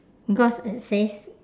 because it says